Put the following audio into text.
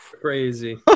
Crazy